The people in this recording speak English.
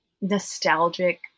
nostalgic